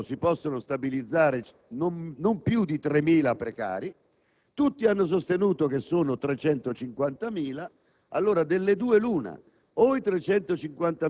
dopodiché, con 20 milioni di euro si possono però stabilizzare non più di 3.000 precari e tutti hanno sostenuto che i precari sono 350.000.